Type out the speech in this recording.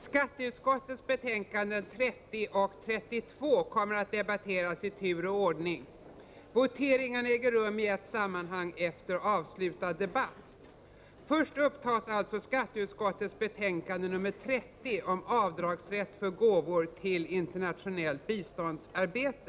Skatteutskottets betänkanden 30 och 32 kommer att debatteras i tur och ordning. Voteringarna äger rum i ett sammanhang efter avslutad debatt. Först upptas alltså skatteutskottets betänkande 30 om avdragsrätt för gåvor till internationellt biståndsarbete.